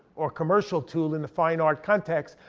or commercial tool in the fine art context.